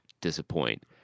disappoint